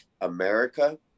America